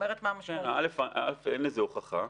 קודם כול אין לזה הוכחה.